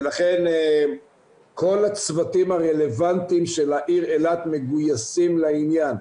ולכן כל הצוותים הרלוונטיים של העיר אילת מגויסים לעניין,